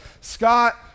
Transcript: Scott